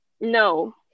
no